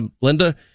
Linda